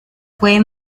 fue